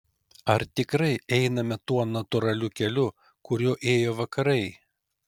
ar tikrai einame tuo natūraliu keliu kuriuo ėjo vakarai